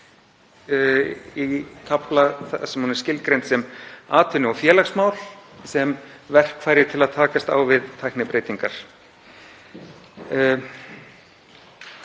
í kafla þar sem hún er skilgreind sem atvinnu- og félagsmál, sem verkfæri til að takast á við tæknibreytingar.